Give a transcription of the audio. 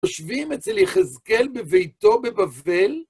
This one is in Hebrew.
יושבים אצל יחזקאל בביתו בבבל?